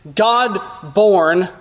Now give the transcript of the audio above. God-born